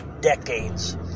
decades